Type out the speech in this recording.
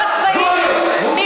אבל כשרב צבאי אומר: אפשר לאנוס גויות,